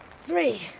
Three